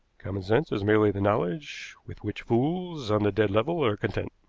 common sense is merely the knowledge with which fools on the dead level are content.